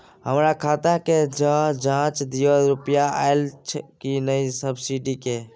हमर खाता के ज जॉंच दियो रुपिया अइलै की नय सब्सिडी के?